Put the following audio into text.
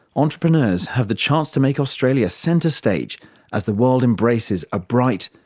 entrepreneurs have the chance to make australian centre stage as the world embraces a bright,